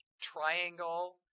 triangle